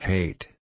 Hate